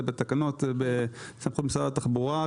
זה בתקנות, בסמכות משרד התחבורה.